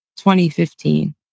2015